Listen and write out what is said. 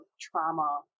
trauma